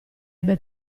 ebbe